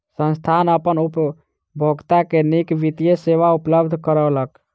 संस्थान अपन उपभोगता के नीक वित्तीय सेवा उपलब्ध करौलक